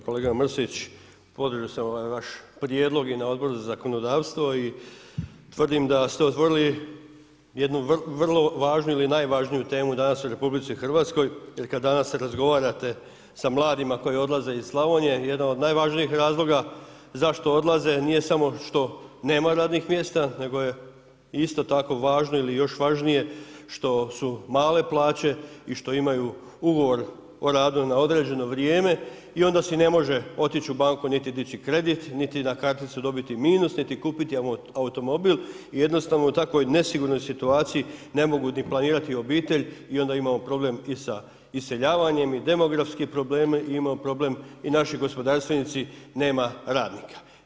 Kolega Mrsić, podržao sam ovaj vaš prijedlog i na Odboru za zakonodavstvo i tvrdim da ste otvorili jednu vrlo važnu ili najvažniju temu danas u RH jer kad danas se razgovarate sa mladima koji odlaze iz Slavonije, jedan od najvažnijih razloga zašto odlaze, nije samo što nema radnih mjesta, nego je isto tako važno ili još važnije što su male plaće i što imaju ugovor o radu na određeno vrijeme i onda si ne može otić u banku niti dići kredit, niti na karticu dobiti minus, niti kupiti automobil i jednostavno u takvoj nesigurnoj situaciji ne mogu ni planirati obitelj i onda imamo problem i sa iseljavanjem i demografski problem, imaju problem i naši gospodarstvenici nema radnika.